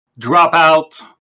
Dropout